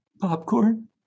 Popcorn